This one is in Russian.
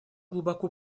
глубоко